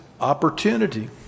opportunity